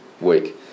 week